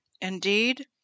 Indeed